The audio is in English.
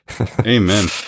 amen